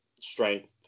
strength